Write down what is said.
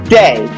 day